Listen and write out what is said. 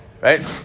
right